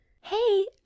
Hey